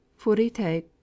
furite